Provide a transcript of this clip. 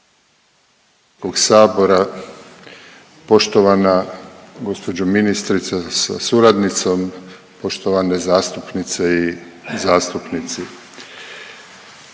sabora, poštovana gospođo ministrice sa suradnicom, poštovane zastupnice i zastupnici.